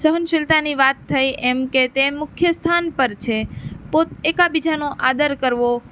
સહન શીલતાની વાત થઈ એમ કે તે મુખ્ય સ્થાન પર છે પોત એકબીજાનો આદર કરવો